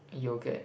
yogurt